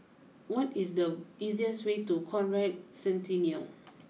what is the easiest way to Conrad Centennial